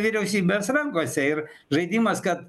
vyriausybės rankose ir žaidimas kad